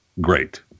great